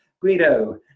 Guido